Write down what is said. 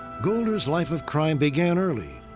golder's life of crime began early,